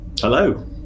Hello